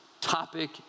topic